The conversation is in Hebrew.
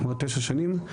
כלומר תשע שנים.